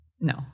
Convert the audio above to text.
no